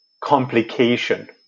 complication